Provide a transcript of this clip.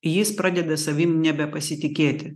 jis pradeda savim nebepasitikėti